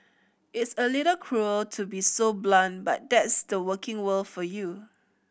it's a little cruel to be so blunt but that's the working world for you